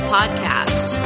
Podcast